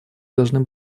должны